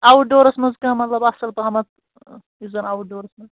out doors منٛز کانٛہہ مطلب اَصٕل پہم یُس زَن آوُٹ ڈورَس منٛز